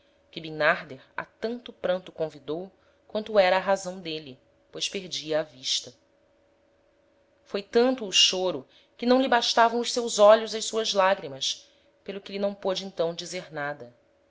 que bimnarder a tanto pranto convidou quanto era a razão d'êle pois perdia a vista foi tanto o choro que não lhe bastavam os seus olhos ás suas lagrimas pelo que lhe não pôde então dizer nada